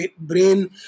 brain